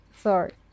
sorry